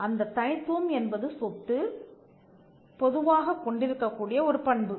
அந்தத் தனித்துவம் என்பது சொத்து பொதுவாகக் கொண்டிருக்கக்கூடிய ஒரு பண்பு